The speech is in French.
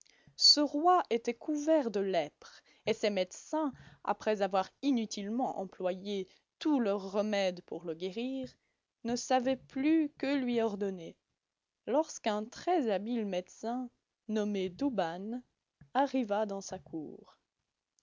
ce roi était couvert de lèpre et ses médecins après avoir inutilement employé tous leurs remèdes pour le guérir ne savaient plus que lui ordonner lorsqu'un très-habile médecin nommé douban arriva dans sa cour